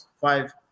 five